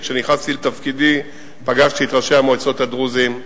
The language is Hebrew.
כשנכנסתי לתפקידי פגשתי את ראשי המועצות הדרוזיים,